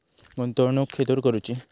गुंतवणुक खेतुर करूची?